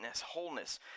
wholeness